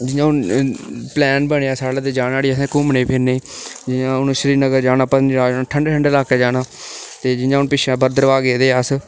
जि'यां हून प्लान बनेआ साढ़ा ते जाना उठी असें घुम्मने फिरने गी जि'यां हून श्रीनगर जाना पंजाब जाना ठंडे ठंडे लाकें ई जाना ते जि'यां हून पिच्छें भद्रवाह गेदे हे अस